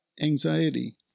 Anxiety